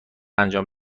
انجام